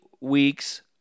weeks